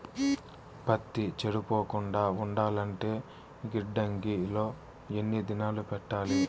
పత్తి చెడిపోకుండా ఉండాలంటే గిడ్డంగి లో ఎన్ని దినాలు పెట్టాలి?